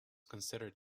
considered